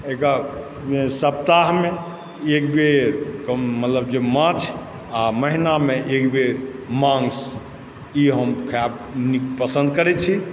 एहिकऽ सप्ताहमे एकबेर मतलब जे माछ आ महीनामे एकबेर माँस ई हम खायब पसन्द करैत छी